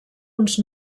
uns